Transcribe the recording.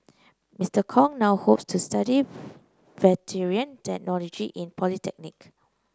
Mister Kong now hopes to study veteran technology in polytechnic